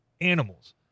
animals